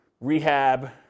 rehab